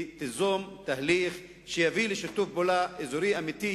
היא תיזום תהליך שיביא לשיתוף פעולה אזורי אמיתי.